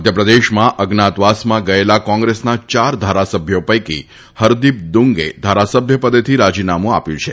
મધ્યપ્રદેશમાં અજ્ઞાતવાસમાં ગયેલા કોંગ્રેસના યાર ધારાસભ્યો પૈકી હરદીપ દુંગે ધારાસભ્યપદેથી રાજીનામું આપ્યું છે